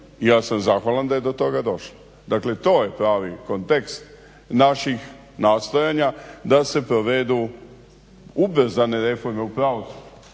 ja sam zahvalan da je do toga došlo. Dakle, to je pravi kontekst naših nastojanja da se provedu ubrzane reforme u pravosuđu.